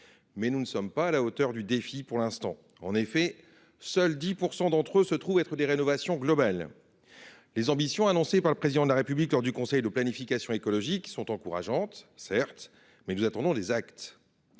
Mais nous ne sommes pas à la hauteur du défi pour l’instant. En effet, seuls 10 % de ces dossiers concernent des rénovations globales. Les ambitions annoncées par le Président de la République lors du Conseil de planification écologique sont, certes, encourageantes, mais nous attendons des actes.